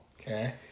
Okay